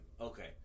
Okay